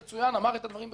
אמר את הדברים בקולו.